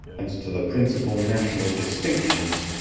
and to the principal national distinctions,